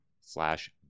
slash